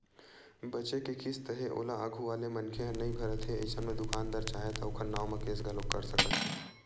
बचें के किस्त हे ओला आघू वाले मनखे ह नइ भरत हे अइसन म दुकानदार चाहय त ओखर नांव म केस घलोक कर सकत हे